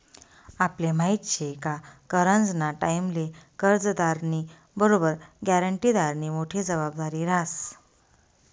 आपले माहिती शे का करजंना टाईमले कर्जदारनी बरोबर ग्यारंटीदारनी मोठी जबाबदारी रहास